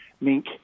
mink